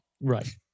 Right